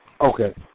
Okay